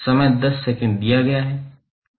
समय 10 सेकंड दिया गया है